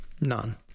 None